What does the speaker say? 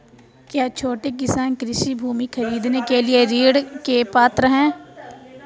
क्या छोटे किसान कृषि भूमि खरीदने के लिए ऋण के पात्र हैं?